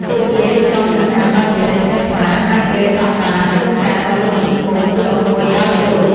ពួកគេរៀបចំចង្ហាន់ដោយសេចក្តីជ្រះថ្លា ហើយពេលដាក់បាត ជួនកាលក៏លុតជង្គង់ ឬអង្គុយដោយគោរព។